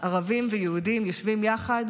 ערבים ויהודים יושבים יחד